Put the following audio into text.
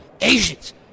asians